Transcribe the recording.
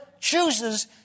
chooses